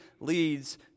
leads